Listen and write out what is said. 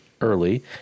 early